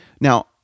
Now